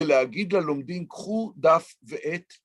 ‫ולהגיד ללומדים, קחו דף ועט.